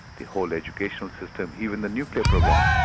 the whole educational system, even the nuclear program.